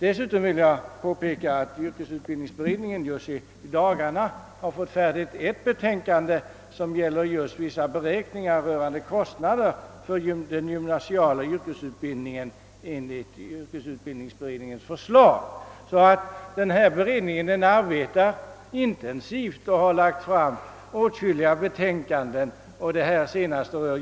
Dessutom vill jag påpeka att yrkesutbildningsberedningen just i dagarna färdigställt ett betänkande i vilket man gjort vissa beräkningar rörande kostnaderna för den gymnasiala yrkesutbildningen enligt yrkesutbildningsberedningens förslag. Denna beredning arbetar alltså intensivt, och den har lagt fram åtskilliga betänkanden.